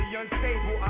unstable